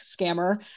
scammer